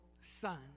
son